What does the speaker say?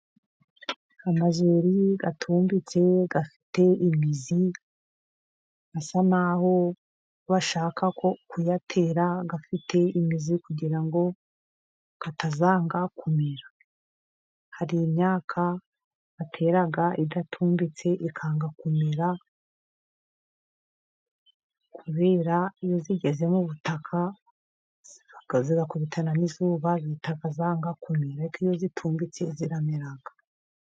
Amajyeri atumbitse afite imizi, asa n'aho bashaka kuyatera afite imizi, kugira ngo atazanga kumera, hari imyaka batera idatumbitse ikanga kumera kubera iyo igeze mu butaka igakubitana n'izuba ihita yanga kumera ariko iyo itumbitse iramera.